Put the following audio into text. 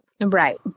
Right